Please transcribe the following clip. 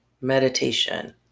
meditation